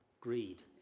greed